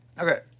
Okay